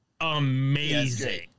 amazing